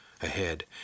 Ahead